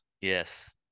yes